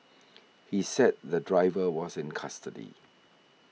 he said the driver was in custody